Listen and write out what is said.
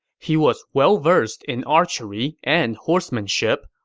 he was well-versed in archery and horsemanship,